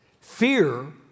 Fear